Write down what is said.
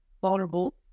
vulnerable